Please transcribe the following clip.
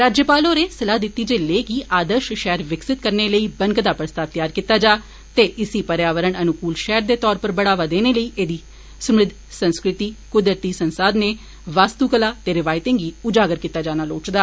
राज्याल होरें सलाह दिती जे लेह गी आर्दश शैहर विकसित करने लेई बनकदा प्रस्ताव तैयार कीता जा ते इस्सी पर्यावरण अनुकुल शैहर दे तौर उप्पर बढ़ावा देने लेई ऐह्दी समृद्व संस्कृति कुदरती संसाघनें वास्तुकला ते रिवायतें गी उजागर कीता जाना लोड़चदा